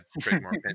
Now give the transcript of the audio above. trademark